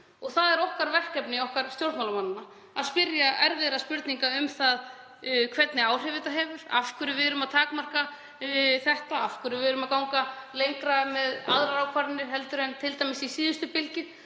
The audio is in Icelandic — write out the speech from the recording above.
Það er verkefni okkar stjórnmálamanna að spyrja erfiðra spurninga um það hvernig áhrif þetta hefur, af hverju við erum að takmarka þetta, af hverju við erum að ganga lengra með aðrar ákvarðanir en t.d. í síðustu bylgju.